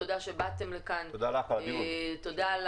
תודה שבאתם לכאן, תודה על